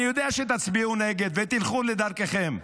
אני יודע שתצביעו נגד ותלכו לדרככם,